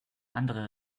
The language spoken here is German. andere